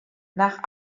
nach